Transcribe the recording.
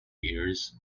years